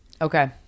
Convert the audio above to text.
okay